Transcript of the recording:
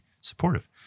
supportive